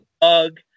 Bug